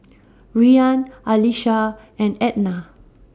Rian Alesha and Ednah